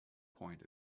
point